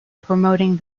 promoting